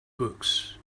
books